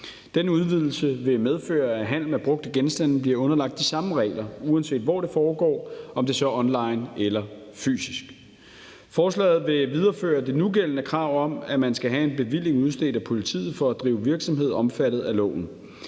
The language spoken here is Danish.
Denne udvidelse vil medføre, at handelen med brugte genstande bliver underlagt de samme regler, uanset hvor det foregår, og om det så er online eller fysisk. Forslaget vil videreføre det nugældende krav om, at man skal have en bevilling udstedt af politiet for at drive virksomhed omfattet af loven.